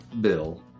Bill